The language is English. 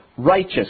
Righteous